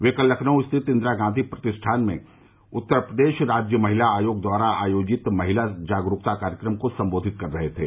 वे कल लखनऊ स्थित इंदिरा गांधी प्रतिष्ठान में उत्तर प्रदेश राज्य महिला आयोग द्वारा आयोजित महिला जागरूकता कार्यक्रम को संबोधित कर रहे थे